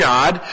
God